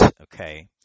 Okay